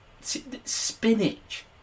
Spinach